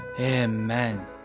Amen